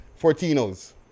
Fortino's